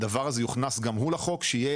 שהדבר הזה יוכנס גם הוא לחוק; שיהיו